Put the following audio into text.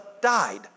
died